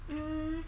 um